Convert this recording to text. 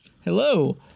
Hello